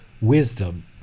wisdom